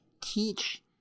teach